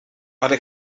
ale